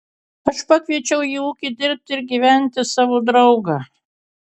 aš pakviečiau į ūkį dirbti ir gyventi savo draugą